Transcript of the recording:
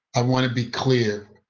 i want to be clear,